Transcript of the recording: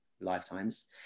lifetimes